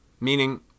Meaning